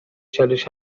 چالش